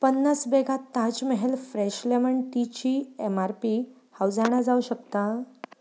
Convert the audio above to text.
पन्नास बॅगां Taj Mahal fresh lemon टीची ऍमआरपी हांव जाणा जावंक शकता